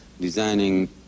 designing